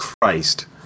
Christ